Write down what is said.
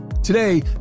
Today